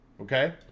okay